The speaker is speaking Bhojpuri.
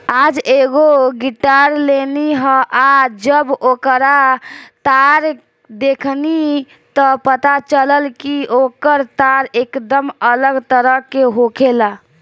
आज एगो गिटार लेनी ह आ जब ओकर तार देखनी त पता चलल कि ओकर तार एकदम अलग तरह के होखेला